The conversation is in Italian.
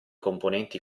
componenti